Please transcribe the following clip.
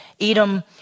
Edom